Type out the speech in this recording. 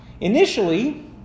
Initially